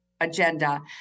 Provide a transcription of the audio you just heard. agenda